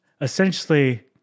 essentially